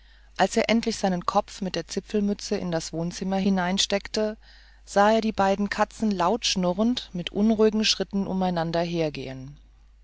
als er endlich seinen kopf mit der zipfelmütze in das wohnzimmer hineinsteckte sah er die beiden katzen laut schnurrend mit unruhigen schritten umeinander